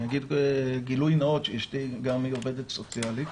אני אגיד גילוי נאות שאשתי היא עובדת סוציאלית.